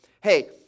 hey